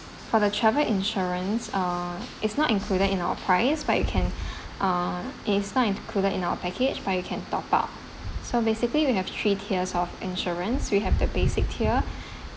for the travel insurance uh it's not included in our price but you can ah it is not included in our package but you can top up so basically we have three tiers of insurance we have the basic tier